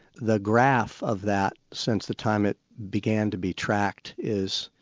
the graph of that since the time it began to be tracked, is,